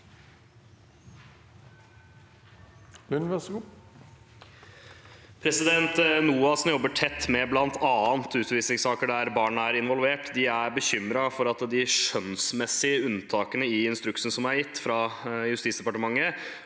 NOAS, som jobber tett med bl.a. utvisningssaker der barn er involvert, er bekymret for at det i unntakene i instruksen som er gitt fra Justisdepartementet,